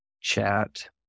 chat